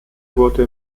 wurde